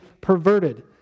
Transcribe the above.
perverted